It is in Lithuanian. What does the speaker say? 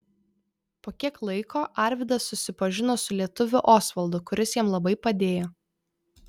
po kiek laiko arvydas susipažino su lietuviu osvaldu kuris jam labai padėjo